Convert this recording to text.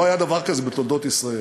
לא היה דבר כזה בתולדות ישראל.